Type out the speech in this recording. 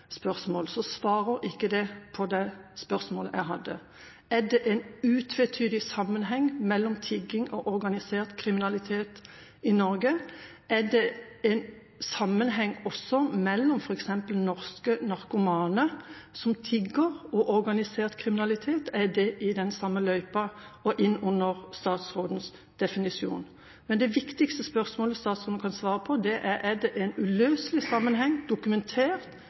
svarer ikke det på det spørsmålet jeg hadde – er det en utvetydig sammenheng mellom tigging og organisert kriminalitet i Norge? Er det en sammenheng også mellom f.eks. norske narkomane som tigger, og organisert kriminalitet? Er det i den samme løypa og kommer det inn under statsrådens definisjon? Men det viktigste spørsmålet statsråden kan svare på, er: Er det en uløselig sammenheng, politifaglig dokumentert,